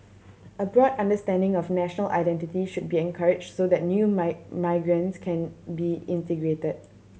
a broad understanding of national identity should be encouraged so that new migrants can be integrate